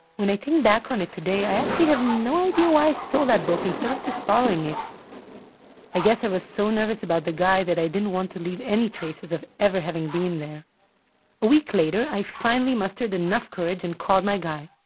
when i think back on it today, i actually have no idea why i stole that book instead of just borrowing it i guess i was so nervous about the guy, that i didn't want to leave any traces of ever having been there a week later i finally mustered enough courage and called my guy.